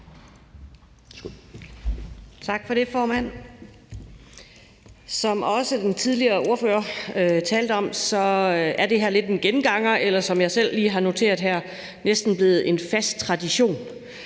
Tak for det, formand. Som også den tidligere ordfører talte om, er det her lidt en genganger, eller det er, som jeg selv lige har noteret det her, næsten blevet en fast tradition.